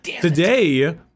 today